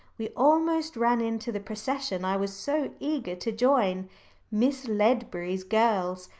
we almost ran into the procession i was so eager to join miss ledbury's girls,